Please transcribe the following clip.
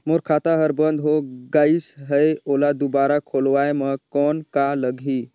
मोर खाता हर बंद हो गाईस है ओला दुबारा खोलवाय म कौन का लगही?